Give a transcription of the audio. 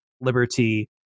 liberty